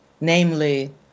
namely